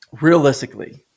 realistically